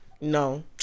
No